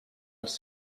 els